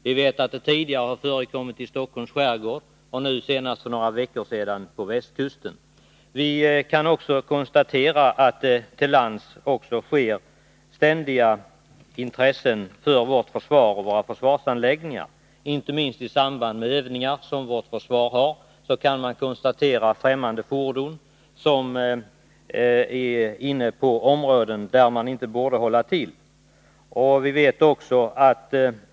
Vi vet att det tidigare har förekommit överträdelser i Stockholms skärgård och för några veckor sedan också på västkusten. Även till lands har det kunnat noteras fall av misstänkt spioneri mot vårt försvar och dess anläggningar. Inte minst i samband med militära övningar har man kunnat konstatera att fftämmande fordon uppehållit sig inom områden där de inte haft anledning att hålla till.